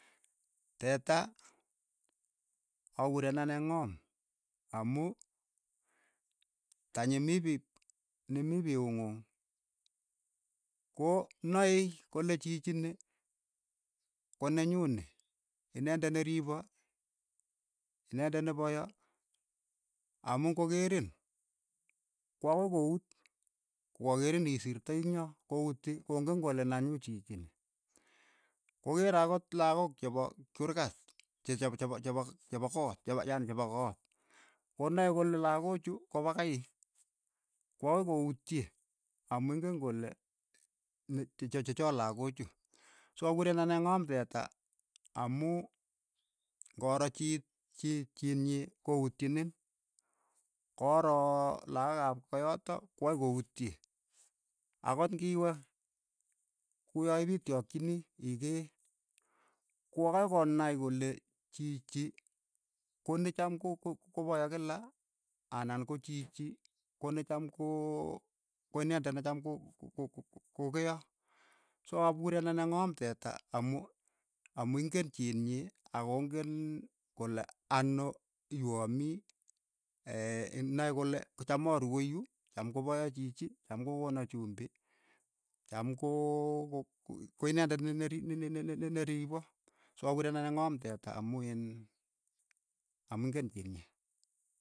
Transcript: Teeta, akuren anen ng'oom, amu, tanyi mi piu ni mii piuung'ung, ko nae kole chiichinii ko nenyu nii, inendet ne riipo, inendet ne poyo, amu ng'o keerin, ko akoi ko uut ko ka keerin isirtoi eng' yo, ko uti ko ng'en kole nenyu chiichini, ko keere akot lakok chepo kiurkat chep chep chepo chepo koot, yani chepo koot, ko nae kole lakoochu ko pa kai, ko akoi ko utye amu ingen kole ni che- che chechook lakoochu, so akure anen kole ng'oom teeta amu ng'oro chiit chiit chiinyii ko utchiniin, ko roo lakok ap koo yatok, ko akoi ko utchi, akot ng'iwe ku yoo ipii tyokchini ikee, ko akoi ko naai kole chiichi ko necham ko- ko- kopaya kila, ana ko chiichi ko ne cham koo- ko inendet ne cham ko- ko- ko kokeya, soo akureen anen ng'oom teta amu amu ing'en chiit nyii ak ko ng'en kole ano yu amii ii nae kole cham arue yu, cham ko paya chiichi, cham ko kona chumbi, cham kooo ko- ko inendet ne- ne- ner ne riipo, so akuren ane ng'oom teta amu iin amu ing'en chiit nyii.